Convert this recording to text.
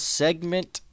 segment